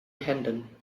händen